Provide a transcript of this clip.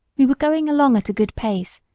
we were going along at a good pace,